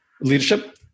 leadership